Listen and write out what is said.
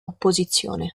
opposizione